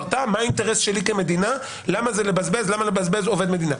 למה לבזבז עובד מדינה?